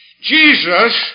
Jesus